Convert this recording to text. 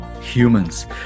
humans